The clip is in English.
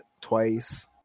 twice